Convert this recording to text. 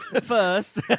first